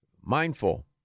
Mindful